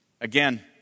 Again